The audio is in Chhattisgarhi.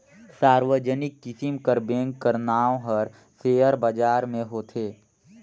सार्वजनिक किसिम कर बेंक कर नांव हर सेयर बजार में होथे